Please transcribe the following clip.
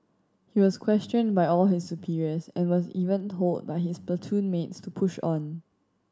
he was questioned by all his superiors and was even told by his platoon mates to push on